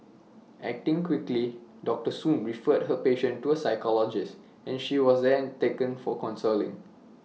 acting quickly doctor soon referred her patient to A psychologist and she was then taken for counselling